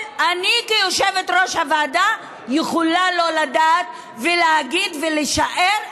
אני כיושבת-ראש הוועדה יכולה לא לדעת ולהגיד ולשער,